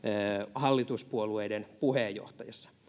hallituspuolueen puheenjohtajassa